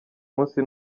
munsi